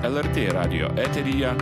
lrt radijo eteryje